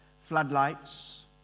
floodlights